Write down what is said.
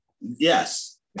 Yes